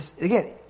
again